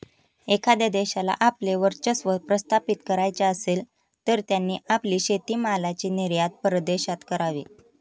एखाद्या देशाला आपले वर्चस्व प्रस्थापित करायचे असेल, तर त्यांनी आपली शेतीमालाची निर्यात परदेशात करावी